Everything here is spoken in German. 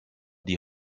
die